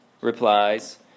replies